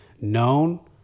known